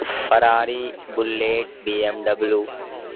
Ferrari bullet BMW